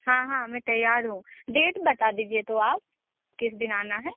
हाँ हाँ मैं तैयार हूँ डेट बता दीजिए तो आप किस दिन आना है